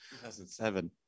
2007